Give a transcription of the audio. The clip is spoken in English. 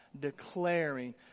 declaring